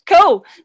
cool